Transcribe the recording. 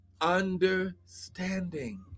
understanding